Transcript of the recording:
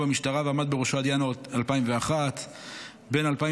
במשטרה ועמד בראשו עד ינואר 2001. בין 2001